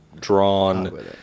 drawn